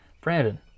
Brandon